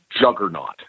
juggernaut